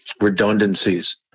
redundancies